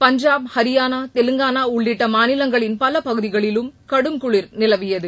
பஞ்சாப் ஹரியானா தெலங்கானா உள்ளிட்ட மாநிலங்களின் பல பகுதிகளிலும் கடும் குளிர் நிலவியது